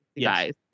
guys